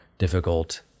Difficult